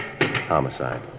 Homicide